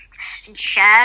share